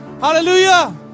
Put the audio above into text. Hallelujah